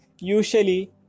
usually